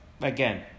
again